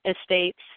estates